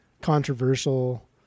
controversial